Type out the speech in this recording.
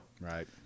Right